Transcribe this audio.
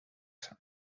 some